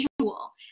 visual